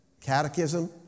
Catechism